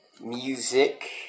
music